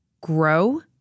grow